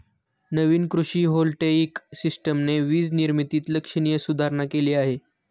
नवीन कृषी व्होल्टेइक सिस्टमने वीज निर्मितीत लक्षणीय सुधारणा केली आहे